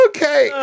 Okay